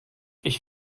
ich